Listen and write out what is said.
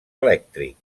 elèctric